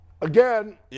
again